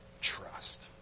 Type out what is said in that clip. trust